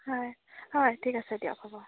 হয় হয় ঠিক আছে দিয়ক